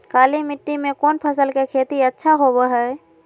काली मिट्टी में कौन फसल के खेती अच्छा होबो है?